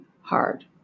hard